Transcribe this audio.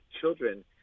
children